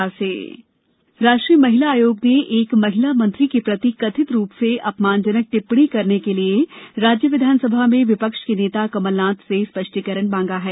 महिला आयोग कमलनाथ राष्ट्रीय महिला आयोग ने एक महिला मंत्री के प्रति कथित रूप से अपमानजनक टिप्पणी करने के लिए राज्य विधानसभा में विपक्ष के नेता कमलनाथ से स्पष्टीकरण मांगा है